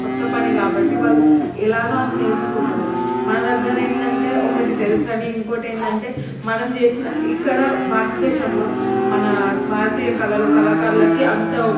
కొత్త పని కాబట్టి వాళ్ళు ఎలాగో అని నేర్చుకుంటున్నారు మన దగ్గర ఏంటంటే ఒకటి తెలుసు అని ఇంకొకటి ఏంటంటే మనం చేసిన ఇక్కడ భారత దేశంలో మన భారతీయ కళలు కళాకారులకి అంత